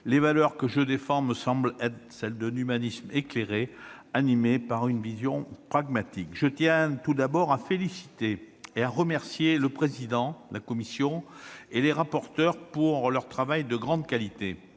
Les valeurs que je défends me semblent être celles d'un humanisme éclairé, animé par une vision pragmatique. Je tiens tout d'abord à féliciter et remercier le président et les rapporteurs de la commission spéciale pour leur travail de grande qualité.